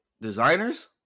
Designers